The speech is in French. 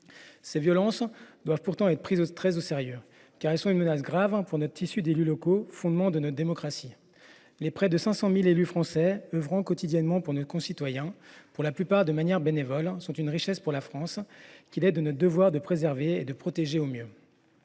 Ces violences doivent pourtant être prises très au sérieux, car elles constituent une menace grave pour notre tissu d’élus locaux, fondement de notre démocratie. Les près de 500 000 élus français, qui œuvrent quotidiennement pour nos concitoyens, pour la plupart de manière bénévole, représentent une richesse pour la France ; il est de notre devoir de les préserver et de les protéger au mieux.